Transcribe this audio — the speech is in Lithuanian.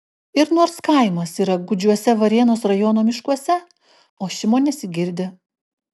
ir nors kaimas yra gūdžiuose varėnos rajono miškuose ošimo nesigirdi